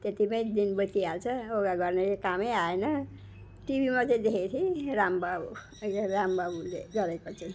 त्यतिमै दिन बितिहाल्छ योगा गर्नेले कामै आएन टिभीमा चाहिँ देखेको थिएँ राम बाबु रामबाबुले गरेको चाहिँ